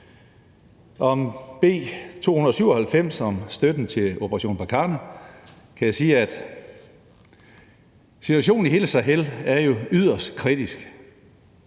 Om B 297 om støtten til »Operation Barkhane« kan jeg jo sige, at situationen i hele Sahel er yderst kritisk.